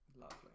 Lovely